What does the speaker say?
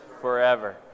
forever